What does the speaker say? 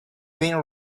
been